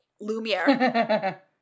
Lumiere